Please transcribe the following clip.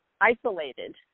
isolated